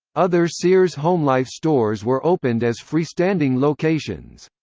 other sears homelife stores were opened as free-standing locations.